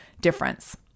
difference